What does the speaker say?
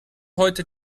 heute